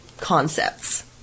concepts